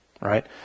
right